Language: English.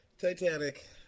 Titanic